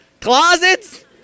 closets